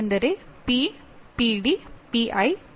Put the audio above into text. ನಡವಳಿಕೆಯ ಪರಿಭಾಷೆಯಲ್ಲಿ ಇದು ಸೂಚನಾ ಉದ್ದೇಶಗಳು